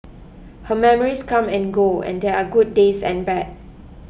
her memories come and go and there are good days and bad